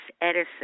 edison